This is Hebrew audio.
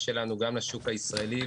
האלה שבהרבה ענפים נשארו בודדים בישראל,